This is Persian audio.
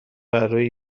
برروی